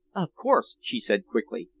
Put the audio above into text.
of course, she said quickly.